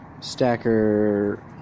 stacker